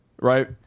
Right